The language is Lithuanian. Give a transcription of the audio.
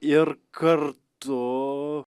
ir kartu